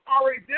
already